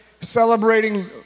celebrating